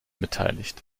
beteiligt